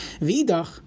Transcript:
v'idach